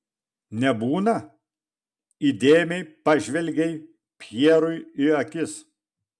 nebūna įdėmiai pažvelgei pjerui į akis